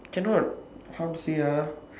cannot how to say ah